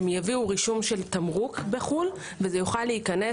הם יביאו רישום תמרוק בחו"ל וזה יוכל להיכנס